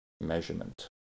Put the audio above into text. measurement